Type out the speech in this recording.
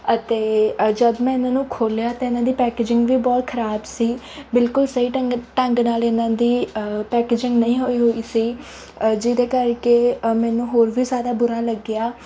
ਅਤੇ ਜਦੋਂ ਮੈਂ ਇਹਨਾਂ ਨੂੰ ਖੋਲ੍ਹਿਆ ਅਤੇ ਇਨ੍ਹਾਂ ਦੀ ਪੈਕੇਜਿੰਗ ਵੀ ਬਹੁਤ ਖਰਾਬ ਸੀ ਬਿਲਕੁਲ ਸਹੀ ਢੰਗ ਢੰਗ ਨਾਲ ਇਨ੍ਹਾਂ ਦੀ ਪੈਕੇਜਿੰਗ ਨਹੀਂ ਹੋਈ ਹੋਈ ਸੀ ਜਿਹਦੇ ਕਰਕੇ ਮੈਨੂੰ ਹੋਰ ਵੀ ਜ਼ਿਆਦਾ ਬੁਰਾ ਲੱਗਿਆ